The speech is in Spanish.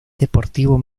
deportivo